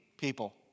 people